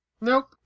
Nope